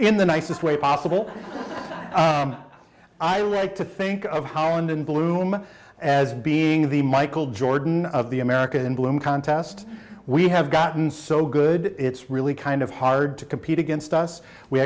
in the nicest way possible i like to think of howland in bloom as being the michael jordan of the america in bloom contest we have gotten so good it's really kind of hard to compete against us we